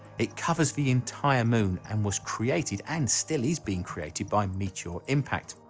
it covers the entire moon and was created and still is being created by meteor impact.